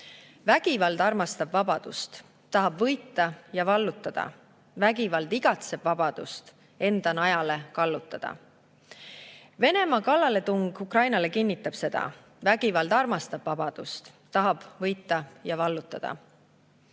"Vägivald armastab vabadust, tahab ta võita ja vallutada. Vägivald igatseb vabadust enda najale kallutada." Venemaa kallaletung Ukrainale kinnitab seda. Vägivald armastab vabadust, tahab ta võita ja vallutada.